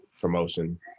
promotion